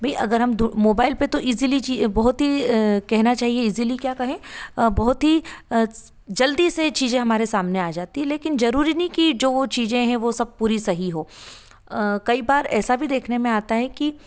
भाई अगर हम धु मोबाईल पर तो इजीली जी बहुत ही कहना चाहिए इजीली क्या कहें बहुत ही जल्दी से चीज़ें हमारे सामने आ जाती है लेकिन जरूरी नहीं की जो चीज़ें है वो सब पूरी सही हो कई बार ऐसा भी देखने में आता है कि